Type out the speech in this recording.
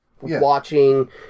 watching